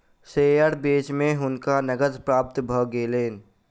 share बेच के हुनका नकद प्राप्त भ गेलैन